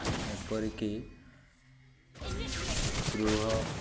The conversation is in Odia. ଏପରିକି ଗୃହ